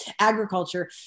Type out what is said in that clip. agriculture